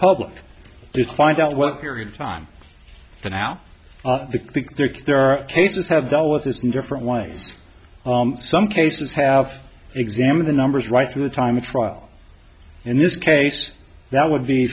public just find out what period of time for now there are cases have dealt with this and different ways some cases have examined the numbers right through the time of trial in this case that would be